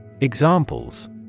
Examples